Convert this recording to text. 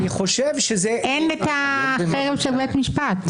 אין את החרב של בית המשפט.